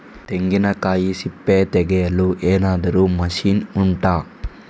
ತೆಂಗಿನಕಾಯಿ ಸಿಪ್ಪೆ ತೆಗೆಯಲು ಏನಾದ್ರೂ ಮಷೀನ್ ಉಂಟಾ